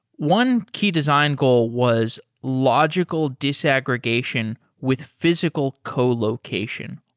one key design goal was logical disaggregation with physical colocation.